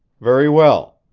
very well.